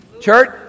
Church